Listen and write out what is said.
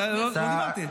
לא דיברתי.